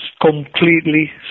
completely